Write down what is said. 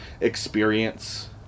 experience